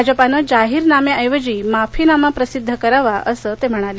भाजपानं जाहीरनाम्याऐवजी माफीनामा प्रसिध्द करावा असं ते म्हणाले